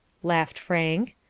laughed frank.